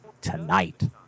tonight